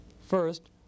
First